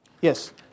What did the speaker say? Yes